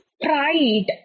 pride